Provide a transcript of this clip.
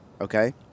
okay